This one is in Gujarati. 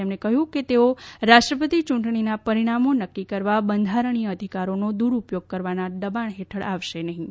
તેમણે કહ્યું કે તેઓ રાષ્ટ્રપતિ યૂંટણીના પરિણામો નક્કી કરવા બંધારણીય અધિકારોનો દુરૂપયોગ કરવાના દબાણ હેઠળ આવશે નહીં